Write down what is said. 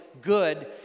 good